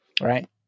right